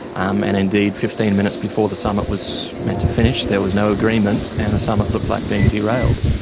um and indeed, fifteen minutes before the summit was meant to finish there was no agreement and the summit looked like being derailed.